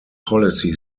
policy